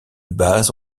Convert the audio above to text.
base